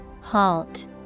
Halt